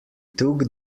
took